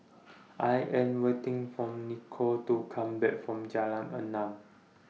I Am waiting For Nicolle to Come Back from Jalan Enam